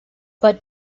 but